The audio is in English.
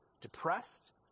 depressed